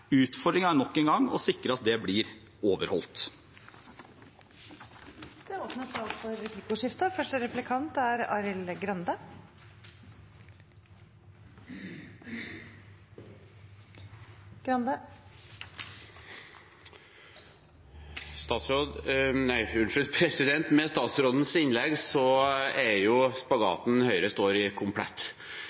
her er det et regelverk på plass. Utfordringen er nok en gang å sikre at det blir overholdt. Det blir replikkordskifte. Med statsrådens innlegg er spagaten Høyre står i, komplett.